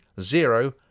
zero